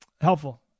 helpful